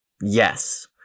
Yes